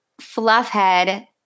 Fluffhead